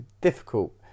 difficult